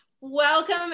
Welcome